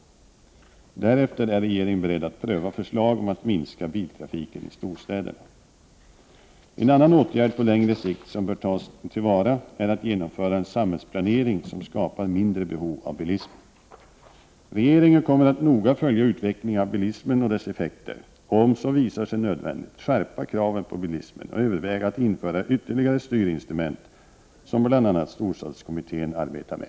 Därefter är regeringen beredd att pröva förslag om att minska biltrafiken i storstäderna. En annan åtgärd på längre sikt som bör tas till vara är att genomföra en samhällsplanering som skapar mindre behov av bilismen. Regeringen kommer att noga följa utvecklingen av bilismen och dess effekter och om så visar sig nödvändigt skärpa kraven på bilismen och överväga att införa ytterligare styrinstrument som bl.a. storstadstrafikkommittén arbetar med.